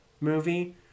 movie